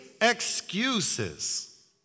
excuses